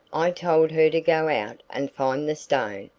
i told her to go out and find the stone,